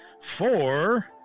Four